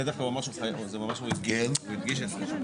לא, זה דווקא הוא אמר, הוא ממש הדגיש את זה.